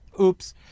oops